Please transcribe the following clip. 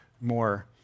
more